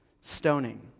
stoning